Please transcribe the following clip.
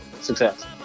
success